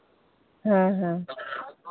हाँ हाँ